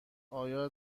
آیا